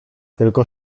tylko